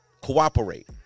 Cooperate